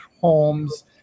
homes